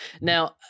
Now –